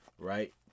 right